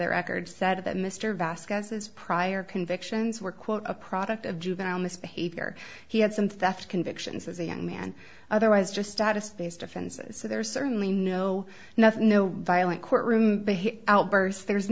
the record said that mr vasquez's prior convictions were quote a product of juvenile misbehavior he had some theft convictions as a young man otherwise just status based offenses so there's certainly no nothing no violent courtroom outburst there's